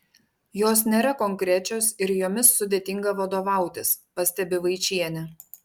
jos nėra konkrečios ir jomis sudėtinga vadovautis pastebi vaičienė